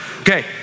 okay